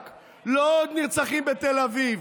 לא עוד נרצחים בבני ברק, לא עוד נרצחים בתל אביב,